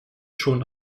schon